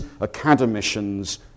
academicians